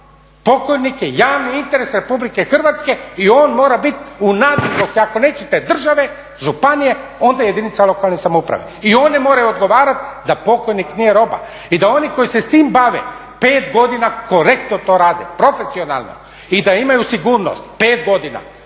Pokojnik je javni interes Republike Hrvatske i on mora biti u naklonosti ako nećete države, županije, onda jedinica lokalne samouprave. I one moraju odgovarati da pokojnik nije roba. I da oni koji se s tim bave pet godina korektno to rade, profesionalno i da imaju sigurnost pet godina.